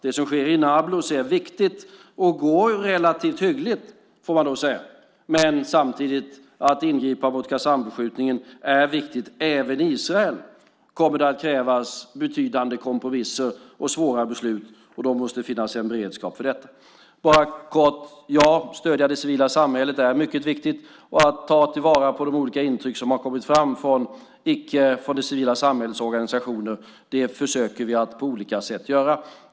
Det som sker i Nablus är viktigt och går relativt hyggligt, får man säga. Men samtidigt är det viktigt att ingripa mot Qassambeskjutningen. Även i Israel kommer det att krävas betydande kompromisser och svåra beslut. Då måste det finnas en beredskap för detta. Jag ska bara säga något kort. Ja, det är mycket viktigt att stödja det civila samhället och att ta till vara de olika intryck som har kommit fram från civila samhällsorganisationer. Det försöker vi att på olika sätt göra.